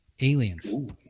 aliens